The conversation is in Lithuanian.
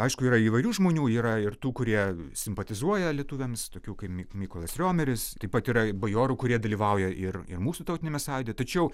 aišku yra įvairių žmonių yra ir tų kurie simpatizuoja lietuviams tokių kaip mykolas riomeris taip pat yra bajorų kurie dalyvauja ir ir mūsų tautiniame sąjūdyje tačiau